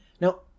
Now